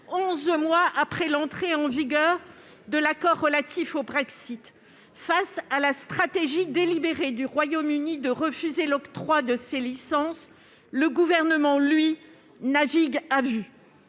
mois après l'entrée en vigueur de l'accord relatif au Brexit. Face à la stratégie délibérée du Royaume-Uni de refuser l'octroi de ces licences, le Gouvernement, lui, navigue à vue.